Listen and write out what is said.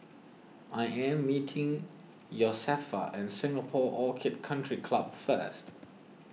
I am meeting Josefa at Singapore Orchid Country Club first